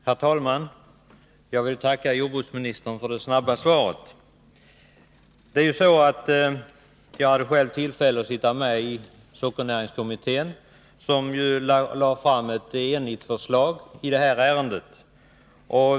Herr talman! Jag vill tacka jordbruksministern för det snabba svaret. Jag har själv deltagit i sockernäringskommittén, som lade fram ett enhälligt förslag i detta ärende.